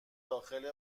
داخل